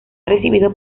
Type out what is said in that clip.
recibido